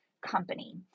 company